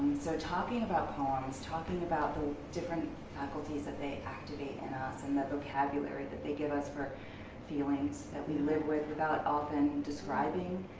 so talking about poems, talking about the difference faculties that they activate in us and that vocabulary that they give us for feelings that we live with, without often describing.